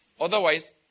Otherwise